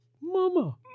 Mama